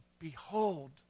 Behold